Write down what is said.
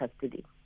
custody